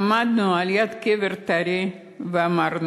עמדנו ליד הקבר הטרי ואמרנו: